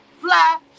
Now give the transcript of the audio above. fly